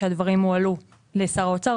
כשהדברים הועלו לשר האוצר,